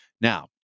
Now